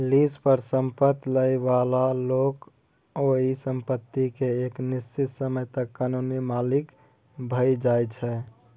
lease पर संपैत लइ बला लोक ओइ संपत्ति केँ एक निश्चित समय तक कानूनी मालिक भए जाइ छै